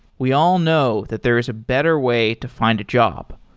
we all know that there is a better way to find a job.